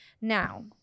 Now